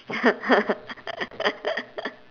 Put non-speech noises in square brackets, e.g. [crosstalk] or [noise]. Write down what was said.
[laughs]